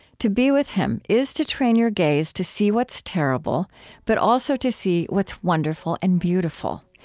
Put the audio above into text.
to be with him is to train your gaze to see what's terrible but also to see what's wonderful and beautiful.